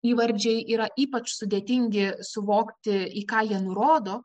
įvardžiai yra ypač sudėtingi suvokti į ką jie nurodo